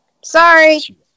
Sorry